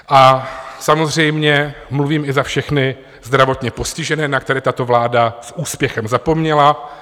A samozřejmě mluvím i za všechny zdravotně postižené, na které tato vláda s úspěchem zapomněla.